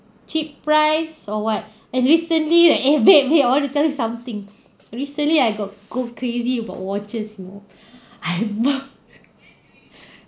cheap price or what and recently eh babe babe I want to tell you something recently I got go crazy about watches you know I'm